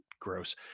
gross